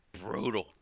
brutal